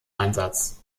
einsatz